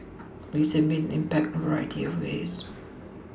these have made an impact in a variety of ways